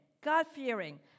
God-fearing